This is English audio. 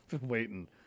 waiting